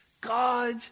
God